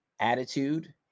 Attitude